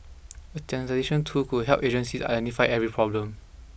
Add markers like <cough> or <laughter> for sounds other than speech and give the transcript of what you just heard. a <unintelligible> tool could help agencies identify every problem